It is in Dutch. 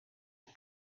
een